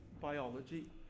biology